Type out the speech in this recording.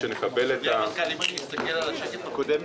אם אני מסתכל על השקף הקודם,